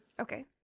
Okay